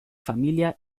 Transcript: familia